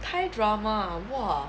thai drama ah !wah!